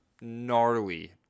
gnarly